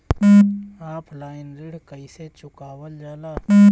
Offline ऋण कइसे चुकवाल जाला?